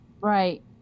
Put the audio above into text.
Right